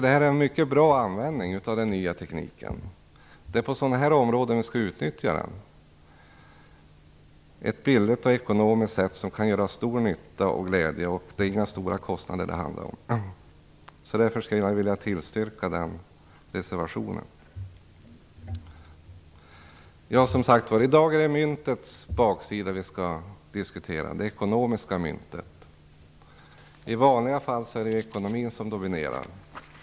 Detta är en mycket bra användning av den nya tekniken. Det är på den här typen av områden den skall utnyttjas. Det är både billigt och ekonomiskt och ger stor nytta och glädje - det är inga stora kostnader det handlar om. Därför vill jag tillstyrka denna reservation. I dag skall vi alltså diskutera myntets baksida, dvs. ekonomin. I vanliga fall är det ekonomin som dominerar.